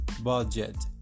budget